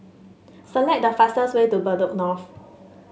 select the fastest way to Bedok North